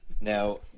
Now